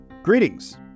Greetings